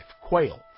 quail